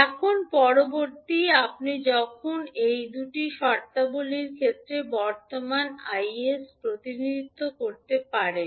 এখন পরবর্তী আপনি যখন এই দুটি শর্তাবলীর ক্ষেত্রে কারেন্ট 𝐼 𝑠 প্রতিনিধিত্ব করতে পারেন